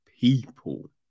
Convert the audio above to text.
people